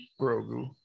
Grogu